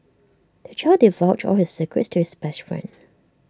the child divulged all his secrets to his best friend